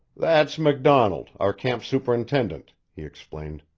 that's macdonald, our camp superintendent, he explained.